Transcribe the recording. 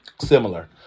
Similar